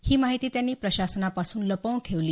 ही माहिती त्यांनी प्रशासनापासून लपवून ठेवली